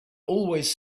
always